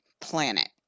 planet